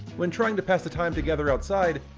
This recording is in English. when trying to pass the time together outside,